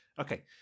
Okay